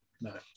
no